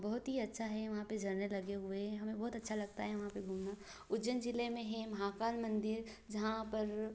बहुत ही अच्छा है वहाँ पर जने लगे हुए हैं हमें बहुत अच्छा लगता है वहाँ पर घूमना उज्जैन ज़िले में हें महाकाल मंदिर जहाँ पर